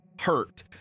hurt